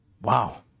Wow